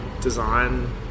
design